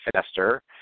faster